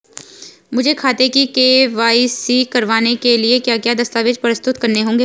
मुझे खाते की के.वाई.सी करवाने के लिए क्या क्या दस्तावेज़ प्रस्तुत करने होंगे?